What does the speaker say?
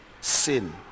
sin